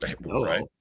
right